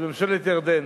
לממשלת ירדן,